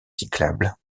cyclables